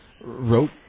wrote